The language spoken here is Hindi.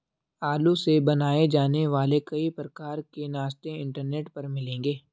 आलू से बनाए जाने वाले कई प्रकार के नाश्ते इंटरनेट पर मिलेंगे